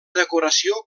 decoració